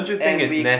and the we